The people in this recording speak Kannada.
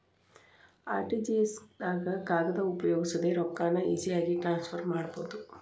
ಆರ್.ಟಿ.ಜಿ.ಎಸ್ ದಾಗ ಕಾಗದ ಉಪಯೋಗಿಸದೆ ರೊಕ್ಕಾನ ಈಜಿಯಾಗಿ ಟ್ರಾನ್ಸ್ಫರ್ ಮಾಡಬೋದು